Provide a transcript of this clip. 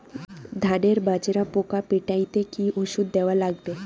ধানের মাজরা পোকা পিটাইতে কি ওষুধ দেওয়া লাগবে?